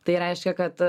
tai reiškia kad